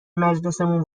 مجلسمون